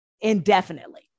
indefinitely